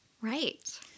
Right